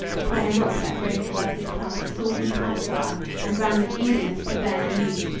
upon a rock that rose above his path saw him pass by, and ran with eagerness to bear the news.